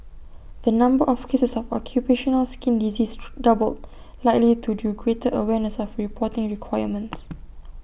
the number of cases of occupational skin disease three doubled likely to due greater awareness of reporting requirements